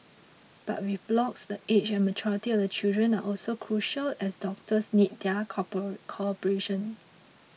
but with blocks the age and maturity of the children are also crucial as doctors need their cooper cooperation